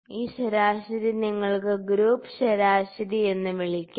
ഈ ശരാശരി നിങ്ങൾക്ക് ഗ്രൂപ്പ് ശരാശരി എന്ന് വിളിക്കാം